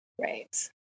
Right